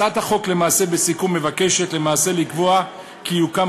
הצעת החוק מבקשת למעשה לקבוע כי יוקם